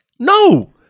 No